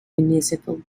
municipal